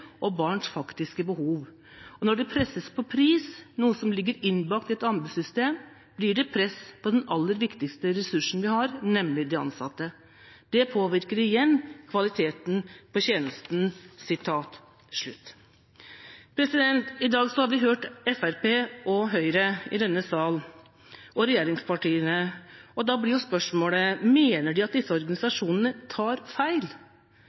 og barns faktiske behov. Og når det presses på pris, – noe som ligger innbakt i et anbudssystem, blir det press på den aller viktigste ressursen vi har, nemlig de ansatte. Det påvirker igjen kvaliteten på tjenestene.» I dag har vi hørt regjeringspartiene i denne sal. Da blir spørsmålet: Mener de at disse organisasjonene tar feil,